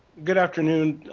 good afternoon,